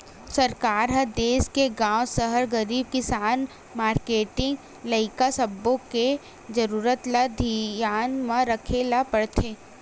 सरकार ह देस के गाँव, सहर, गरीब, किसान, मारकेटिंग, लइका सब्बो के जरूरत ल धियान म राखे ल परथे